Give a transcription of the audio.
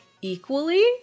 equally